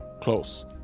Close